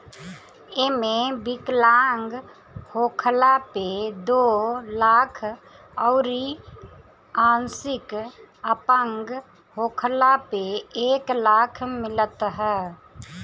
एमे विकलांग होखला पे दो लाख अउरी आंशिक अपंग होखला पे एक लाख मिलत ह